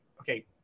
okay